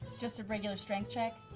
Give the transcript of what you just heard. just a regular strength check?